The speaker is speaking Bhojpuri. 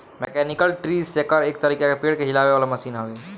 मैकेनिकल ट्री शेकर एक तरीका के पेड़ के हिलावे वाला मशीन हवे